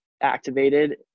activated